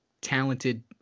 talented